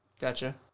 Gotcha